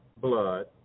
blood